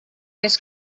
més